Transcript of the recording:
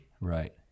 Right